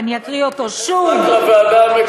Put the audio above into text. ואני אקריא אותו שוב את מתייחסת רק לוועדה המקומית,